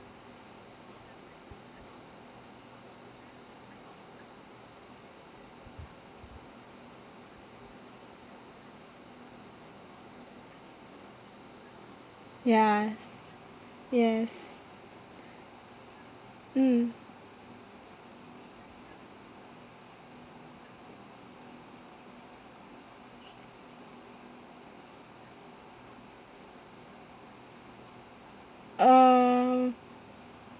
yas yes mm uh